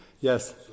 Yes